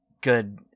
good